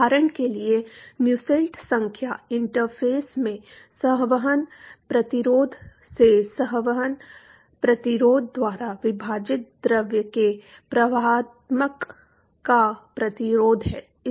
उदाहरण के लिए नुसेल्ट संख्या इंटरफ़ेस में संवहन प्रतिरोध से संवहन प्रतिरोध द्वारा विभाजित द्रव के प्रवाहकत्त्व का प्रतिरोध है